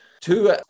Two